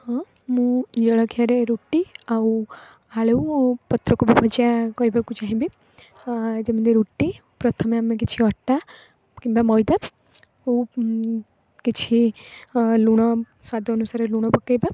ହଁ ମୁଁ ଜଳଖିଆରେ ରୁଟି ଆଉ ଆଳୁ ପତ୍ରକୋବି ଭଜା କହିବାକୁ ଚାହିଁବି ଆଁ ଯେମିତି ରୁଟି ପ୍ରଥମେ ଆମେ କିଛି ଅଟା କିମ୍ବା ମଇଦାକୁ କିଛି ଆଁ ଲୁଣ ସ୍ଵାଦ ଅନୁସାରେ ଲୁଣ ପକେଇବା